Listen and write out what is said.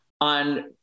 on